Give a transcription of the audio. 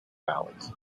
valleys